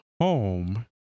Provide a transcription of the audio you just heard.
home